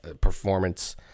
performance